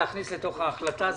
זה בסדר.